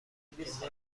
مرتیکه